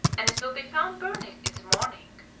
and it will be found burning in the morning.